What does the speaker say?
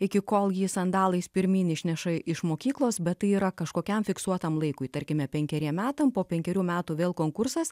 iki kol jį sandalais pirmyn išneša iš mokyklos bet tai yra kažkokiam fiksuotam laikui tarkime penkeriem metam po penkerių metų vėl konkursas